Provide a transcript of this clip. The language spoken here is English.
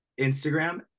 instagram